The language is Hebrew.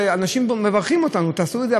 ואנשים כבר מברכים אותנו ואומרים: תעשו את זה,